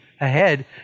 ahead